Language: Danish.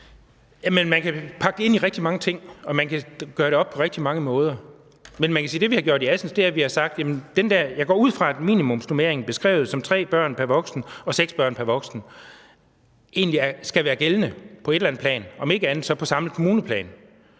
man kan pakke det ind i rigtig mange ting, og man kan gøre det op på rigtig mange måder. Men jeg går ud fra, at minimumsnormeringen beskrevet som tre børn pr. voksen og seks børn pr. voksen egentlig skal være gældende på et eller andet plan, om ikke andet så på samlet kommuneplan,